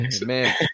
Man